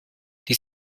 die